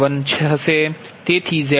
તેથી Z11 તે ખરેખર 0